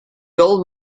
gold